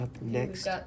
next